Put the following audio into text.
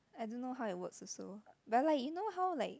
I don't know how it work also but like you know how like